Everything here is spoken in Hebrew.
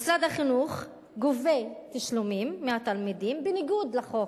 משרד החינוך גובה תשלומים מהתלמידים בניגוד לחוק.